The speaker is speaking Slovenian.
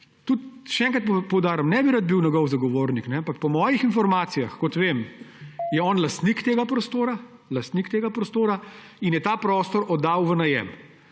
prav. Še enkrat poudarim, ne bi rad bil njegov zagovornik, ampak po mojih informacijah, kot vem, je on lastnik tega prostora. Lastnik tega prostora in je ta prostor oddal v najem.